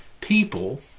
people